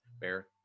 bear